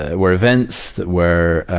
ah were events that were, ah,